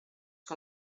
que